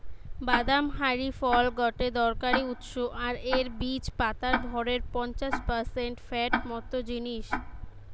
বাদাম হারি ফল গটে দরকারি উৎস আর এর বীজ পাতার ভরের পঞ্চাশ পারসেন্ট ফ্যাট মত জিনিস